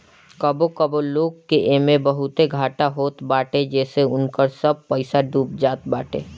कबो कबो लोग के एमे बहुते घाटा होत बाटे जेसे उनकर सब पईसा डूब जात बाटे